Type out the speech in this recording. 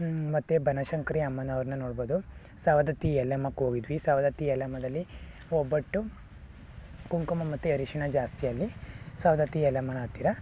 ಮತ್ತು ಬನಶಂಕರಿ ಅಮ್ಮನವ್ರನ್ನ ನೋಡ್ಬೋದು ಸವದತ್ತಿ ಯಲ್ಲಮ್ಮಗೆ ಹೋಗಿದ್ವಿ ಸವದತ್ತಿ ಯಲ್ಲಮ್ಮದಲ್ಲಿ ಒಬ್ಬಟ್ಟು ಕುಂಕುಮ ಮತ್ತೆ ಅರಶಿನ ಜಾಸ್ತಿ ಅಲ್ಲಿ ಸವದತ್ತಿ ಯಲ್ಲಮ್ಮನ ಹತ್ತಿರ